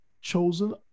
chosen